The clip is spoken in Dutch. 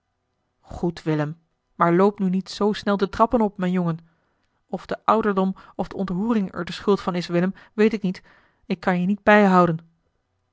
goed willem maar loop nu niet zoo snel de trappen op mijn jongen of de ouderdom of de ontroering er de schuld van is willem weet ik niet ik kan je niet bijhouden